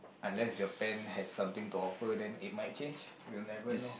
unless Japan has something to offer then it might change you never know